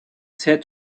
said